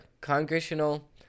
Congressional